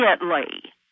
immediately